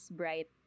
bright